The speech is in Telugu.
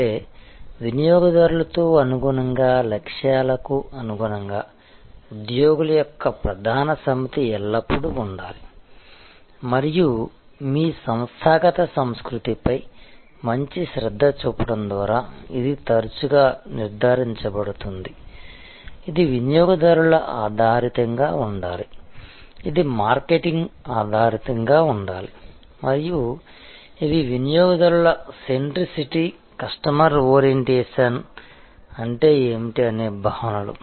అంటే వినియోగదారులతో అనుగుణంగా లక్ష్యాలకు అనుగుణంగా ఉద్యోగుల యొక్క ప్రధాన సమితి ఎల్లప్పుడూ ఉండాలి మరియు మీ సంస్థాగత సంస్కృతిపై మంచి శ్రద్ధ చూపడం ద్వారా ఇది తరచుగా నిర్ధారించబడుతుంది ఇది వినియోగదారుల ఆధారితంగా ఉండాలి ఇది మార్కెట్ ఆధారితంగా ఉండాలి మరియు ఇవి వినియోగదారుల సెంట్రిసిటీ కస్టమర్ ఓరియంటేషన్ అంటే ఏమిటి అనే భావనలు